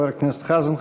תודה לחבר הכנסת חזן.